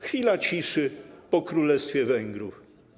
Chwila ciszy po królestwie Węgrów.